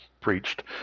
preached